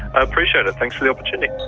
i appreciate it, thanks for the opportunity.